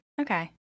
Okay